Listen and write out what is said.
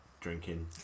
drinking